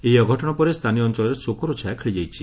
ଏହି ଅଘଟଣ ପରେ ସ୍ତାନୀୟ ଅଞ୍ଞଳରେ ଶୋକର ଛାୟା ଖେଳିଯାଇଛି